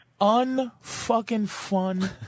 un-fucking-fun